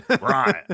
Right